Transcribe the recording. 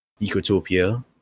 Ecotopia